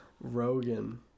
Rogan